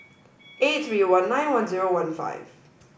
eight three one nine one zero one five